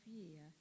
year